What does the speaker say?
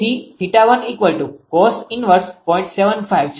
75 છે